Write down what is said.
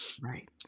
right